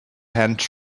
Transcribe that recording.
hands